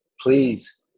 please